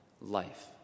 life